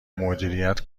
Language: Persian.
مدیریت